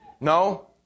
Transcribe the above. No